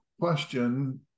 question